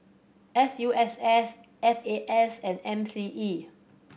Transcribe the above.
S U S S F A S and M C E